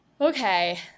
okay